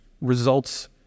results